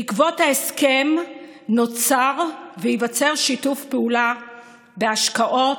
בעקבות ההסכם נוצר וייווצר שיתוף פעולה בהשקעות,